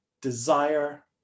desire